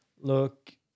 look